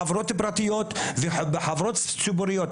בחברות פרטיות ובחברות ציבוריות.